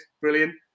Brilliant